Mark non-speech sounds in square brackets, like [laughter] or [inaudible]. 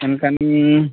ᱚᱱᱠᱟᱱ [unintelligible]